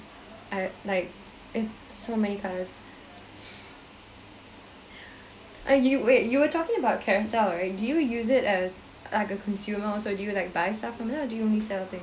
I like eh so many colors uh you wait you were talking about Carousell right do you use it as like a consumer also do you like buy stuff from there or do you only sell things